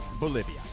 Bolivia